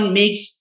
makes